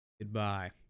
Goodbye